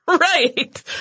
Right